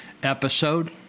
Episode